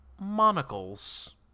monocles